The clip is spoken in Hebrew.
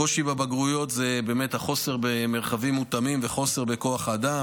הקושי בבגרויות הוא החוסר במרחבים מותאמים וחוסר בכוח האדם,